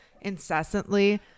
incessantly